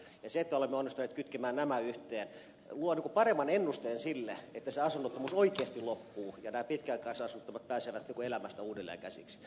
se että olemme onnistuneet kytkemään nämä yhteen luo paremman ennusteen sille että se asunnottomuus oikeasti loppuu ja nämä pitkäaikaisasunnottomat pääsevät elämään uudestaan käsiksi